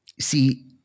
See